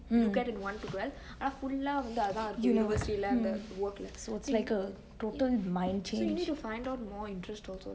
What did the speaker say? one to twelve ஆனா:aana full லா வந்து அதா:laa vanthu athaa university level so you need to find out more interests also